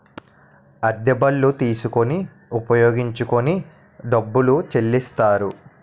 అద్దె బళ్ళు తీసుకొని ఉపయోగించుకొని డబ్బులు చెల్లిస్తారు